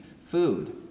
food